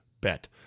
bet